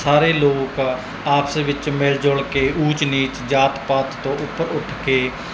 ਸਾਰੇ ਲੋਕ ਆਪਸ ਵਿੱਚ ਮਿਲ ਜੁਲ ਕੇ ਊਚ ਨੀਚ ਜਾਤ ਪਾਤ ਤੋਂ ਉੱਪਰ ਉੱਠ ਕੇ